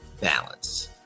balance